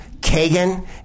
Kagan